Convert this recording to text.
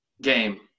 Game